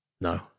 no